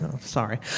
sorry